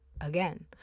Again